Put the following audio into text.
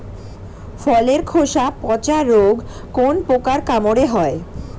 ফলের খোসা পচা রোগ কোন পোকার কামড়ে হয়?